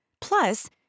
Plus